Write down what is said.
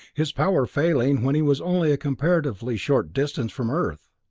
his power failing when he was only a comparatively short distance from earth.